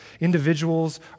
Individuals